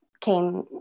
came